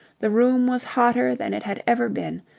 the room was hotter than it had ever been,